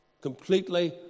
completely